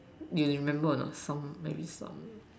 you remember or not some maybe some